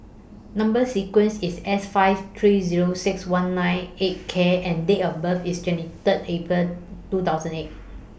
Number sequence IS S five three Zero six one nine eight K and Date of birth IS twenty Third April two thousand and eight